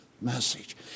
message